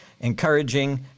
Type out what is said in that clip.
encouraging